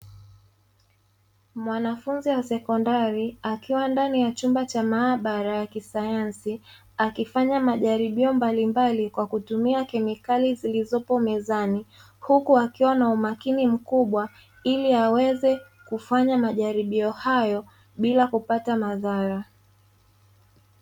Mwanafunzi wa sekondari akiwa ndani ya chumba cha maabara ya kisayansi, akifanya majaribio mbalimbali kwa kutumia kemikali zilizopo mezani, huku akiwa na umakini mkubwa ili aweze kufanya majaribio hayo bila kupata madhara.